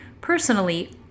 personally